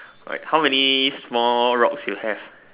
right how many small rocks you have